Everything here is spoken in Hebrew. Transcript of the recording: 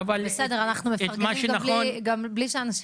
בסדר, אנחנו מפרגנים גם כך,